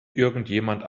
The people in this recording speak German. irgendjemand